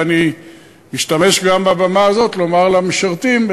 ואני משתמש גם בבמה הזאת לומר למשרתים: